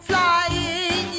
Flying